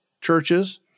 churches